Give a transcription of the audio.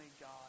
God